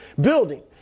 building